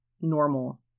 normal